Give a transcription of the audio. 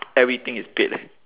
everything is paid leh